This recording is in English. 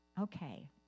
okay